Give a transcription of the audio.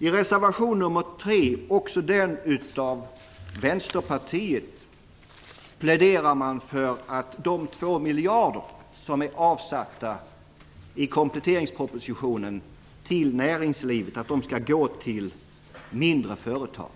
I reservation nr 3, också den från Vänsterpartiet, pläderar man för att de 2 miljarder som är avsatta för näringslivet i kompletteringspropositionen skall gå till mindre företag.